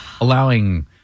allowing